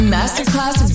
Masterclass